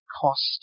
cost